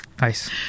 Nice